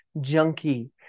junkie